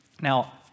Now